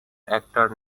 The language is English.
actor